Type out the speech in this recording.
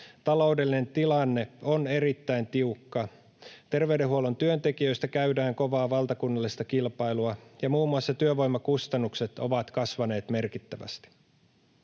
taloudellinen tilanne on erittäin tiukka, terveydenhuollon työntekijöistä käydään kovaa valtakunnallista kilpailua ja muun muassa työvoimakustannukset ovat kasvaneet merkittävästi.